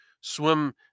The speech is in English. swim